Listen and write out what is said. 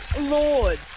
lord